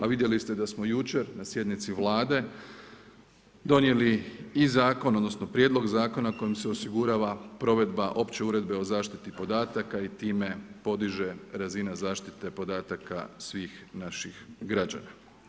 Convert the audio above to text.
A vidjeli ste da smo jučer na sjednici Vlade donijeli i zakon odnosno prijedlog zakona kojim se osigurava provedba Opće uredbe o zaštiti podataka i time podiže razina zaštita podataka svih naših građana.